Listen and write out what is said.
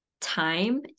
time